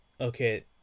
Okay